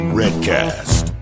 redcast